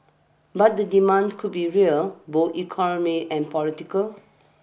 but the demand could be real both economic and political